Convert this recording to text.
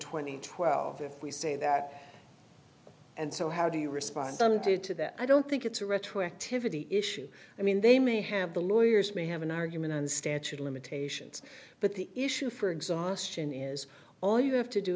twenty twelve if we say that and so how do you respond to to that i don't think it's a retroactivity issue i mean they may have the lawyers may have an argument and statute limitations but the issue for exhaustion is all you have to do